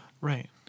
Right